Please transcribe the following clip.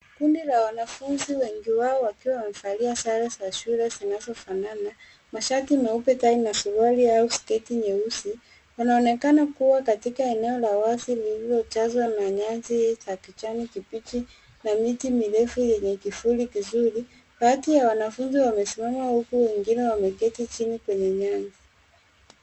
Kundi la wanafunzi wengi wao wakiwa wamevalia sare za shule zinazofanana, mashati meupe, tai na suruali au sketi nyeusi, wanaonekana kuwa katika eneo la wazi lililojazwa na nyasi za kjani kibichi na miti mirefu yenye kivuli kizuri. Baadhi ya wanafunzi wamesimama huku wengine wameketi chini kwenye nyasi.